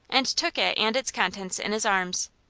and took it and its contents in his arms.